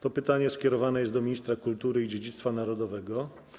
To pytanie skierowane jest do ministra kultury i dziedzictwa narodowego.